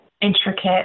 intricate